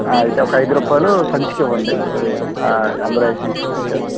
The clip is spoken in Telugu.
అయితే ఒక ఐదు రూపాయలు సంచికి ఇవ్వండి అందులో వేసి ఇస్తాను